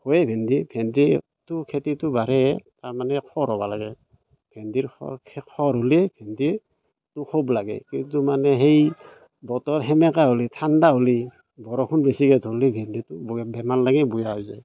হয় ভেন্দি ভেন্দিটো খেতিটো বাঢ়ে তাৰমানে খৰ হ'ব লাগে ভেন্দিৰ খৰ সেই খৰ হ'লে ভেন্দিটো খুব লাগে কিন্তু মানে সেই বতৰ সেমেকা হ'লে ঠাণ্ডা হ'লে বৰষুণ বেছিকৈ ধৰলি ভেন্দিটো বেমাৰ লাগি বেয়া হৈ যায়